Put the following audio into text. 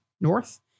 north